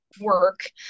work